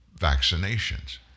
vaccinations